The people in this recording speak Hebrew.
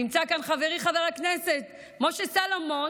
נמצא כאן חברי חבר הכנסת משה סולומון,